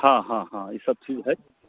हँ हँ हँ ई सभचीज हय